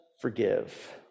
forgive